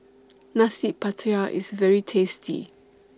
Nasi Pattaya IS very tasty